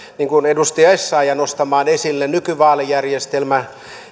niin kuin edustaja essayah nostamaan esille nykyvaalijärjestelmän